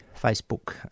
Facebook